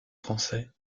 français